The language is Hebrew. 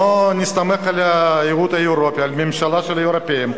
בוא נסתמך על הממשלה של האירופים,